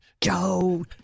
Joe